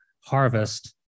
harvest